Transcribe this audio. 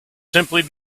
simply